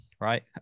right